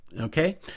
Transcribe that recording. okay